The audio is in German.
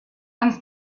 ans